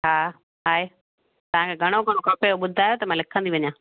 हा आहे तव्हांखे घणो घणो खपेव ॿुधायो त मां लिखंदी वञा